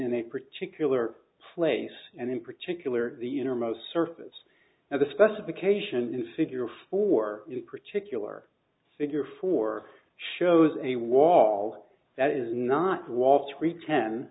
in a particular place and in particular the innermost surface of the specification in figure four in particular figure four shows a wall that is not wall street ten